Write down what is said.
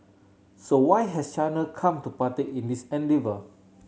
so why has China come to partake in this endeavour